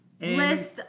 List